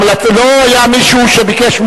לא היה מישהו שביקש,